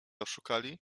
oszukali